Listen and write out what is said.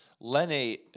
Lenny